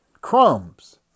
crumbs